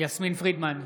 יסמין פרידמן,